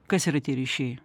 kas yra tie ryšiai